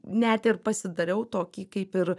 net ir pasidariau tokį kaip ir